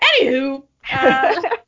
anywho